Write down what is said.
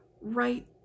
right